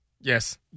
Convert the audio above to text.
Yes